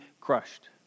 crushed